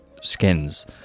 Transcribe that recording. skins